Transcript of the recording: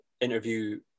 interview